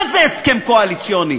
מה זה הסכם קואליציוני?